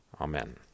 Amen